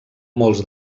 molts